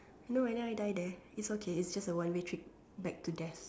no and then I die there it's okay it's just a one way trip back to death